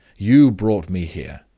you brought me here.